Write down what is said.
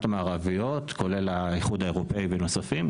המערביות כולל האיחוד האירופי ונוספים,